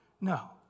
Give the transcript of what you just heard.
No